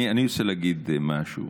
אני רוצה להגיד משהו.